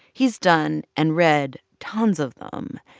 he's done and read tons of them.